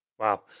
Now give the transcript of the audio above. Wow